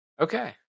Okay